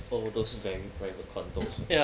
so those very private condos